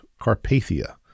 Carpathia